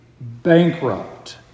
bankrupt